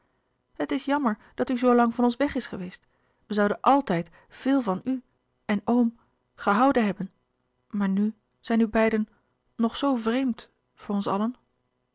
het is jammer dat u zoo lang van ons weg is geweest wij zouden àltijd veel van louis couperus de boeken der kleine zielen u en oom gehouden hebben maar nu zijn u beiden nog zoo vreemd voor ons allen